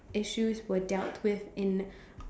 issues were dealt with in